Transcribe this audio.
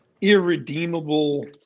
irredeemable